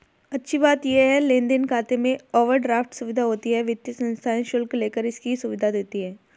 अच्छी बात ये है लेन देन खाते में ओवरड्राफ्ट सुविधा होती है वित्तीय संस्थाएं शुल्क लेकर इसकी सुविधा देती है